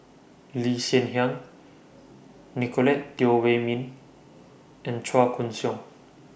Lee Hsien Yang Nicolette Teo Wei Min and Chua Koon Siong